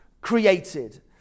created